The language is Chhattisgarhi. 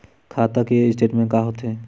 खाता के स्टेटमेंट का होथे?